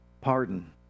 Pardon